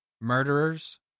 murderers